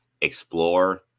explore